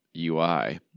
UI